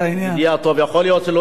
אני אנסה בכל זאת.